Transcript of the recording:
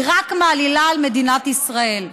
היא רק מעלילה על מדינת ישראל.